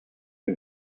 que